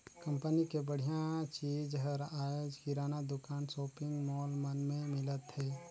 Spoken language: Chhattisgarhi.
कंपनी के बड़िहा चीज हर आयज किराना दुकान, सॉपिंग मॉल मन में मिलत हे